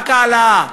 רק העלאה.